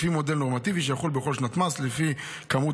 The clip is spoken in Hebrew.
לפי מודל נורמטיבי שיחול בכל שנת מס לפי כמות